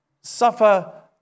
suffer